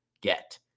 get